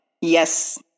Yes